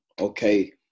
okay